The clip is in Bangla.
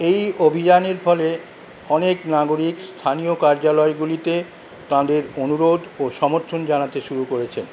এই অভিযানের ফলে অনেক নাগরিক স্থানীয় কার্যালয়গুলিতে তাঁদের অনুরোধ ও সমর্থন জানাতে শুরু করেছেন